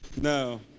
No